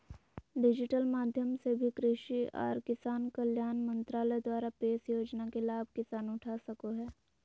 digital माध्यम से भी कृषि आर किसान कल्याण मंत्रालय द्वारा पेश योजना के लाभ किसान उठा सको हय